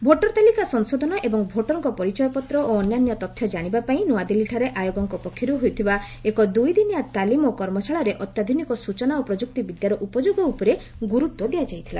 voter ତାଲିକା ସଂଶୋଧନ ଏବଂ ଭୋଟରଙ୍କ ପରିଚୟପତ୍ର ଓ ଅନ୍ୟାନ୍ୟ ତଥ୍ୟ ଜାଣିବା ପାଇଁ ନୂଆଦିଲ୍ଲୀଠାରେ ଆୟୋଗଙ୍କ ପକ୍ଷରୁ ହୋଇଥିବା ଏକ ଦୁଇଦିନିଆ ତାଲିମ ଓ କର୍ମଶାଳାରେ ଅତ୍ୟାଧୁନିକ ସୂଚନା ଓ ପ୍ରଯୁକ୍ତି ବିଦ୍ୟାର ଉପଯୋଗ ଉପରେ ଗୁରୁତ୍ୱ ଦିଆଯାଇଥିଲା